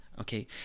okay